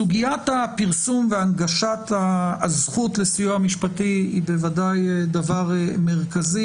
סוגיית הפרסום והנגשת הזכות לסיוע משפטי היא בוודאי דבר מרכזי,